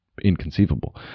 inconceivable